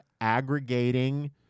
aggregating